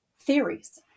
theories